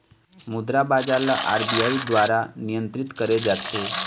मुद्रा बजार ल आर.बी.आई दुवारा नियंत्रित करे जाथे